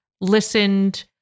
listened